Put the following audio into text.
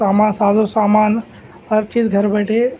ساماں ساز و سامان ہر چیز گھر بیٹھے